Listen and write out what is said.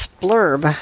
blurb